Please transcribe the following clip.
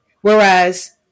Whereas